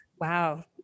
Wow